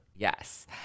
Yes